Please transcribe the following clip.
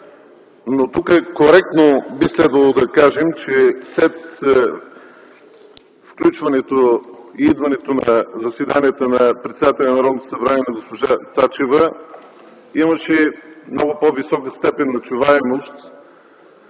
обаче коректно би следвало да кажем, че след включването и идването на заседанията на председателя на Народното събрание, госпожа Цачева, имаше много по-висока степен на чуваемост,